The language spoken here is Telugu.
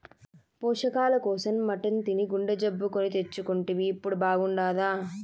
పోషకాల కోసం మటన్ తిని గుండె జబ్బు కొని తెచ్చుకుంటివి ఇప్పుడు బాగుండాదా